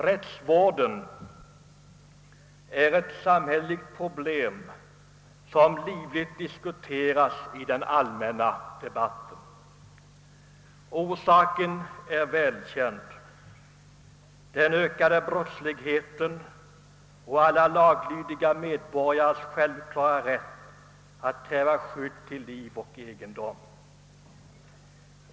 Rättsvården är ett samhälleligt problem som livligt diskuterats i den all männa debatten. Orsaken är välkänd: den ökade brottsligheten och alla laglydiga medborgares självklara rätt att kräva skydd till liv och egendom.